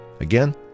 Again